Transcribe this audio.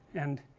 and,